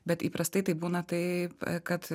bet įprastai tai būna tai kad